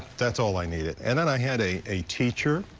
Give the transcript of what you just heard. that's all i needed. and then i had a a teacher,